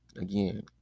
again